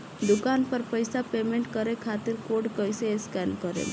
दूकान पर पैसा पेमेंट करे खातिर कोड कैसे स्कैन करेम?